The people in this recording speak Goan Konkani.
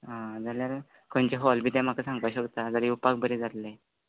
आं जाल्यार खंयचें हॉल बी तें म्हाका सांगपा शकता जाल्या येवपाक बरें जात्लें